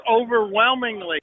overwhelmingly